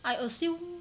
I assume